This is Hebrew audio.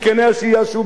ראש הממשלה.